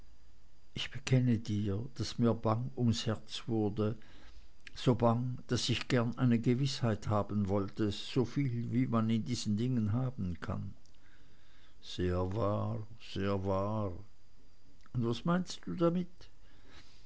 ich bekenne dir daß mir bang ums herz dabei wurde so bang daß ich gern eine gewißheit haben wollte so viel wie man in diesen dingen haben kann sehr wahr sehr wahr was meinst du damit